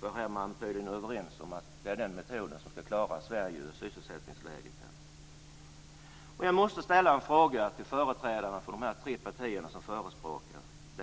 Man är tydligen överens om att det är de metoderna som skall klara Sveriges sysselsättningsläge. Jag måste ställa frågan till de tre partier som säger sig förespråka detta: